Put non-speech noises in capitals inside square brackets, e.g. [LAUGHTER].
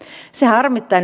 se harmittaa [UNINTELLIGIBLE]